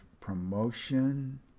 promotion